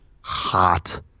hot